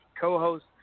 co-host